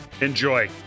enjoy